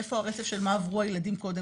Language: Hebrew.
איפה הרצף של מה עברו הילדים קודם,